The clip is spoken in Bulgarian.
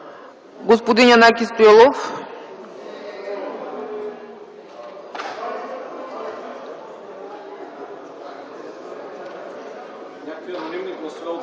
Господин Янаки Стоилов.